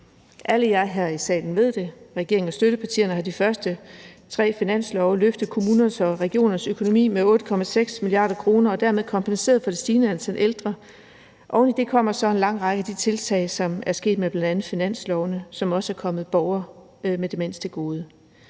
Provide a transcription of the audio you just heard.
Alle jer her i salen ved det. Regeringen og støttepartierne har de første tre finanslove løftet kommunernes og regionernes økonomi med 8,6 mia. kr. og dermed kompenseret for det stigende antal ældre. Oven i det kommer så en lang række af de tiltag, som er sket med bl.a. finanslovene, som også er kommet borgere med demens til gode.